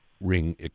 ring